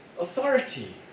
authority